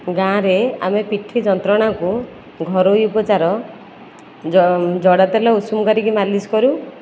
ଗାଁରେ ଆମେ ପିଠି ଯନ୍ତ୍ରଣାକୁ ଘରୋଇ ଉପଚାର ଜଡ଼ା ତେଲ ଉଷୁମ କରିକି ମାଲିସ କରୁ